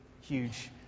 huge